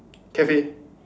cafe